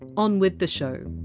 on with the show